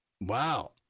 Wow